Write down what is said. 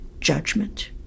judgment